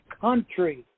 country